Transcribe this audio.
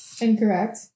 Incorrect